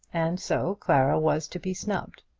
and so clara was to be snubbed.